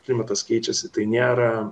klimatas keičiasi tai nėra